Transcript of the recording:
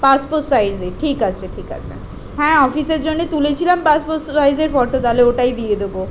passport সাইজে ঠিক আছে ঠিক আছে হ্যাঁ অফিসের জন্যে তুলেছিলাম পাসপোর্ট সাইজের ফটো তাহলে ওটাই দিয়ে দেবো